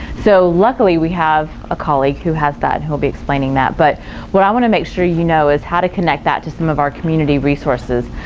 so luckily we have a colleague who has that he'll be explaining that, but when i want to make sure you know is how to connect that to some of our community resources.